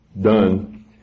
done